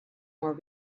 more